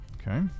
Okay